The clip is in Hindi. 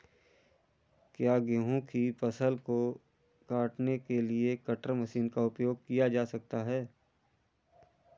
क्या गेहूँ की फसल को काटने के लिए कटर मशीन का उपयोग किया जा सकता है?